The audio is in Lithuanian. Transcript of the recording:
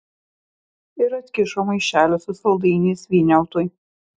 ir atkišo maišelį su saldainiais vyniautui